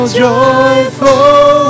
joyful